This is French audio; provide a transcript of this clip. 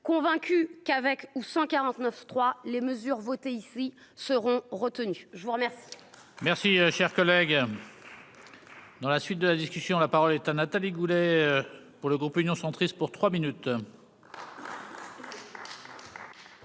convaincue qu'avec ou sans 49 3 les mesures votées ici seront retenus, je vous remercie. Merci, cher collègue. Dans la suite de la discussion, la parole est à Nathalie Goulet pour le groupe Union centriste pour 3 minutes.